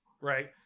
Right